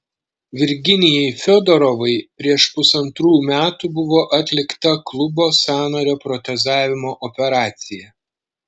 virginijai fiodorovai prieš pusantrų metų buvo atlikta klubo sąnario protezavimo operacija